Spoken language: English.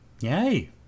Yay